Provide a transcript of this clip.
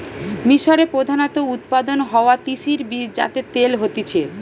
মিশরে প্রধানত উৎপাদন হওয়া তিসির বীজ যাতে তেল হতিছে